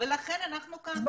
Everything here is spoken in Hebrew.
ולכן אנחנו כאן.